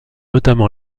notamment